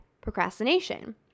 procrastination